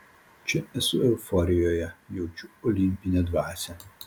čia esu euforijoje jaučiu olimpinę dvasią